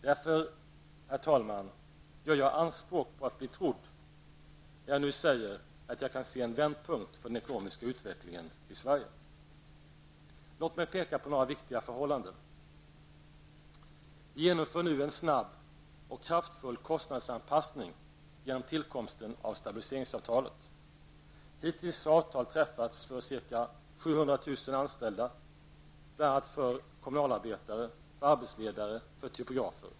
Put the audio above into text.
Därför, herr talman, gör jag anspråk på att bli trodd, när jag nu säger att jag kan se en vändpunkt för den ekonomiska utvecklingen i Sverige. Låt mig peka på några viktiga förhållanden: Vi genomför nu en snabb och kraftfull kostnadsanpassning genom tillkomsten av stabiliseringsavtalet. Hittills har avtal träffats för ca 700 000 anställda, bl.a. för kommunalarbetare, för arbetsledare och för typografer.